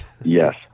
Yes